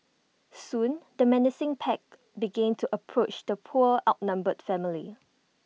soon the menacing pack began to approach the poor outnumbered family